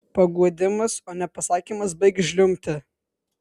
paguodimas o ne pasakymas baik žliumbti